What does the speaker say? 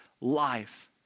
life